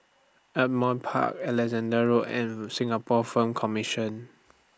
Ardmore Park Alexandra Road and Singapore Film Commission